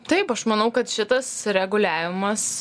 taip aš manau kad šitas reguliavimas